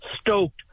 stoked